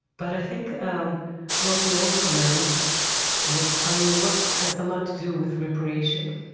but i think um what we also learned was how your work has a lot to do with reparation!